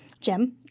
Jim